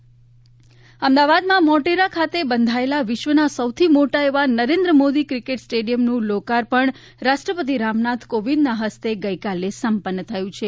Narendra Modi stadium અમદાવાદમાં મોટેરા ખાતે બંધાયેલા વિશ્વના સૌથી મોટા એવા નરેન્દ્ર મોદી ક્રિકેટ સ્ટડીયમનું લોકાર્પણ રાષ્ટ્રપતિ રામનાથ કો વિંદના હસ્તે ગઈકાલે સંપન્ન થયું છે